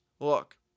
Look